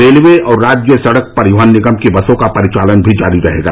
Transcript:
railway और राज्य सड़क परिवहन निगम की बसों का परिचालन भी जारी रहेगा